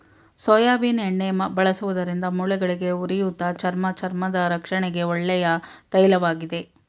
soybean ಎಣ್ಣೆ ಬಳಸುವುದರಿಂದ ಮೂಳೆಗಳಿಗೆ, ಉರಿಯೂತ, ಚರ್ಮ ಚರ್ಮದ ರಕ್ಷಣೆಗೆ ಒಳ್ಳೆಯ ತೈಲವಾಗಿದೆ